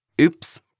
Oops